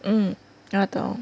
mm 那种